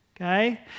okay